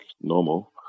normal